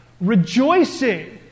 rejoicing